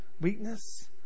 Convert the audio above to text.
weakness